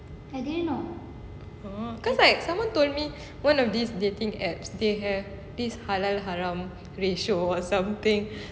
oh cause like someone told me one of these dating apps they have this halal haram ratio or something